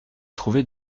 trouvés